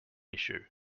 issue